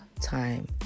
time